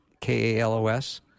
K-A-L-O-S